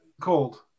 cold